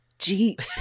jeep